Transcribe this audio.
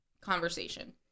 conversation